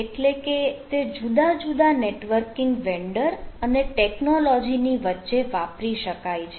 એટલે કે તે જુદા જુદા નેટવર્કિંગ વેન્ડર અને ટેકનોલોજી ની વચ્ચે વાપરી શકાય છે